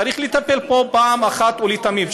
צריך לטפל בו אחת ולתמיד,